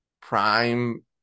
Prime